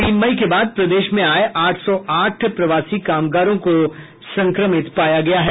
तीन मई के बाद प्रदेश में आये आठ सौ आठ प्रवासी कामगारों को संक्रमित पाया गया है